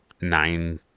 nine